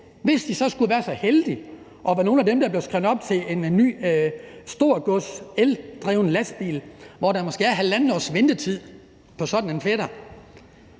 hvis de så skulle være så heldige at være nogle af dem, der blev skrevet op til en ny eldrevet storgodslastbil – der er måske halvandet års ventetid på sådan en fætter